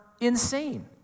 insane